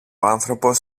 άνθρωπος